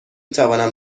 توانم